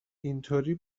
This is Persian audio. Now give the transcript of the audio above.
اینطوری